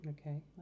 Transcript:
Okay